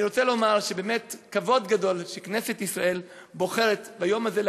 אני רוצה לומר שבאמת כבוד גדול שכנסת ישראל בוחרת ביום הזה,